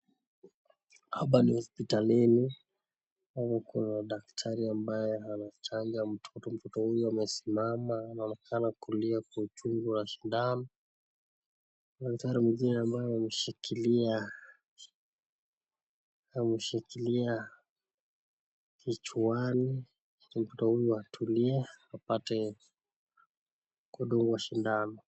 Hapa ni hosipitalini, hapa kuna daktari ambaye anachanja mtoto, mtoto huyu amesimama anaonekana kulia kwa uchungu wa sindano, daktari mwingine ambaye amemshikilia, amemshikilia kichwani mtoto huyu atulie apate kudungwa sindano.